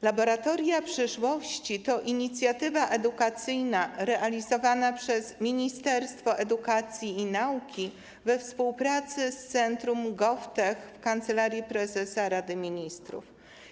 Laboratoria Przyszłości to inicjatywa edukacyjna realizowana przez Ministerstwo Edukacji i Nauki we współpracy z Centrum GovTech w Kancelarii Prezesa Rady Ministrów.